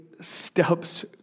steps